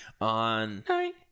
On